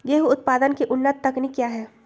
गेंहू उत्पादन की उन्नत तकनीक क्या है?